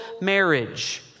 marriage